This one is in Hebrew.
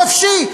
חופשי.